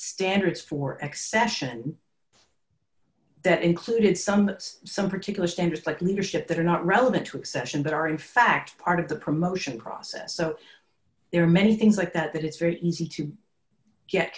standards for excesses and that includes some that some particular standards like leadership that are not relevant to accession that are in fact part of the promotion process so there are many things like that that it's very easy to get